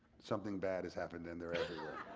something bad has happened and they're everywhere.